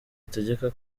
ategeka